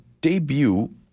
debut